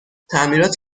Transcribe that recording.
تعمیرات